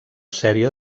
sèrie